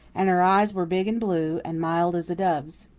and her eyes were big and blue, and mild as a dove's.